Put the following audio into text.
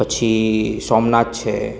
પછી સોમનાથ છે